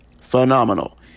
Phenomenal